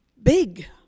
big